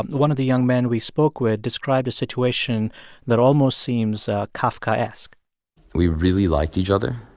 one of the young men we spoke with described a situation that almost seems kafkaesque we really liked each other,